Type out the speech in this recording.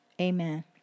amen